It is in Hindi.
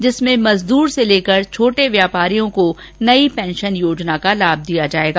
जिसमें मजदूर से लेकर छोटे व्यापारियों को नई पेंशन योजना का लाभ मिलेगा